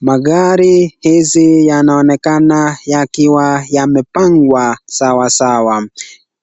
Magari hizi yanaoneka yakiwa yamepangwa sawasawa,